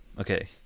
Okay